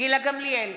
גילה גמליאל,